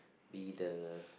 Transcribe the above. be the